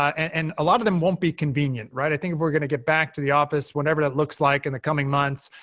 and a lot of them won't be convenient. i think if we're going to get back to the office, whatever that looks like in the coming months,